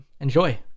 Enjoy